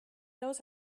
knows